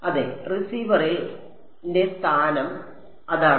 അതെ റിസീവറിന്റെ സ്ഥാനം അതാണ്